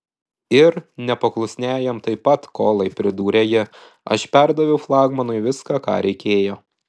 ir nepaklusniajam taip pat kolai pridūrė ji aš perdaviau flagmanui viską ką reikėjo